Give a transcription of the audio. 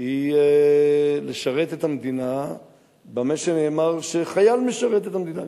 היא לשרת את המדינה במה שנאמר שחייל משרת את המדינה,